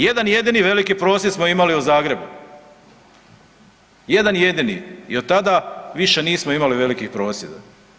Jedan jedini veliki prosvjed smo imali u Zagrebu, jedan jedini i od tada više nismo imali velikih prosvjeda.